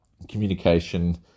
communication